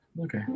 Okay